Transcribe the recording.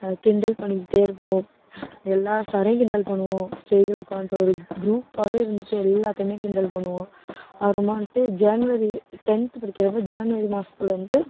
கிண்டல் பண்ணிக்கிட்டே இருப்போம் எல்லா சாரையும் கிண்டல் பண்ணுவோம் ஸ்டேஜில் உட்காந்துட்டு ஒரு குரூப்பாகவே இருந்துகிட்டு எல்லாத்தையும் கிண்டல் பண்ணுவோம் அப்புறமா வந்துவிட்டு ஜன்வரி டென்த்து படிக்கிறப்போ ஜன்வரி மாசத்தில் வந்து